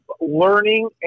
learning